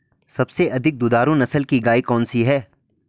सबसे अधिक दुधारू नस्ल की गाय कौन सी है?